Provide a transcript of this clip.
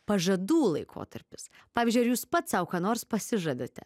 pažadų laikotarpis pavyzdžiui ar jūs pats sau ką nors pasižadate